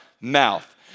mouth